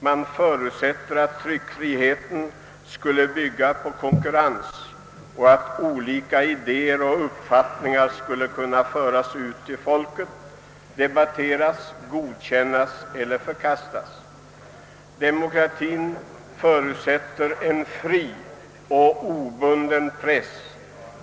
Man förutsätter därvid att tryckfriheten skulle bygga på konkurrens och att olika idéer och uppfattningar i skydd av denna skulle föras ut till folket för att där debatteras, godkännas eller förkastas. Demokratien förutsätter en fri och obunden press.